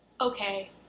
okay